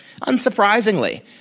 unsurprisingly